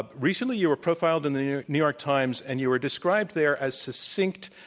ah recently you were profiled in the new new york times, and you were described there as, succinct,